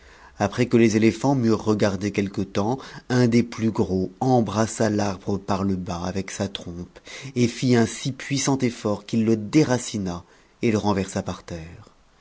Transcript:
après que les éléphants m'eurent regardé quelque temps un des plus gros embrassa t'arbre par le bas avec sa trompe et fit un si puissant effort qu'il le déracina et renversa par terre